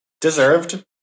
Deserved